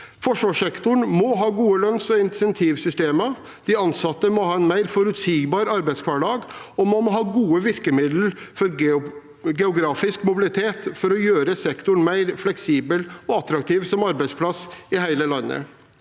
Forsvarssektoren må ha gode lønns- og insentivsystemer. De ansatte må ha en mer forutsigbar arbeidshverdag, og man må ha gode virkemidler for geografisk mobilitet for å gjøre sektoren mer fleksibel og attraktiv som arbeidsplass i hele landet.